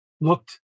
looked